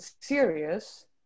serious